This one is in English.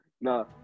No